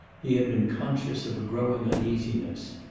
he had been conscious of a growing uneasiness.